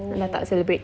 kita tak celebrate